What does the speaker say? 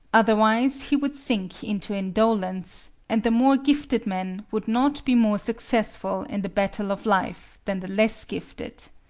otherwise he would sink into indolence, and the more gifted men would not be more successful in the battle of life than the less gifted.